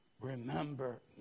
remember